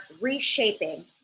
reshaping